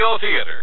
Theater